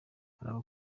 abantu